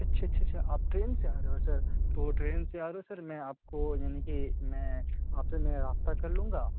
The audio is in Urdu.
اچھا اچھا اچھا سر آپ ٹرین سے آ رہے ہو سر تو ٹرین سے آ رہے ہو سر میں آپ کو یعنی کہ میں آپ سے میں رابطہ کر لوں گا